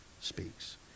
speaks